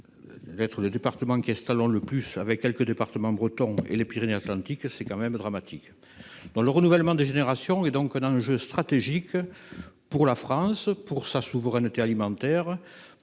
être de département caisse talent le plus avec quelques départements bretons et les Pyrénées-Atlantiques : c'est quand même dramatique dans le renouvellement des générations, et donc d'enjeu stratégique pour la France pour sa souveraineté alimentaire